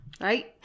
right